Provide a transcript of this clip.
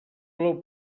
plou